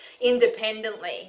independently